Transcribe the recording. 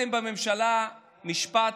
מצאתם בממשלה משפט,